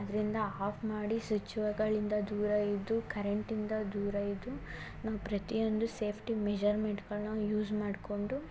ಅದರಿಂದ ಆಫ್ ಮಾಡಿ ಸ್ವಿಚ್ಚಗಳಿಂದ ದೂರ ಇದ್ದು ಕರೆಂಟಿಂದ ದೂರ ಇದ್ದು ನಾವು ಪ್ರತಿಯೊಂದು ಸೇಫ್ಟಿ ಮೆಝರ್ಮೆಂಟ್ಗಳನ್ನು ಯೂಸ್ ಮಾಡ್ಕೊಂಡು